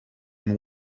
and